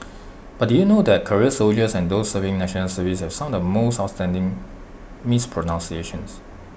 but did you know that career soldiers and those serving National Service have some of the most outstanding mispronunciations